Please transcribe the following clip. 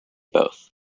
both